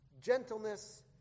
gentleness